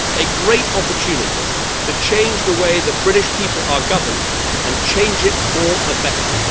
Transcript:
ah great opportunity to change the way the british people are governed and change it for the better.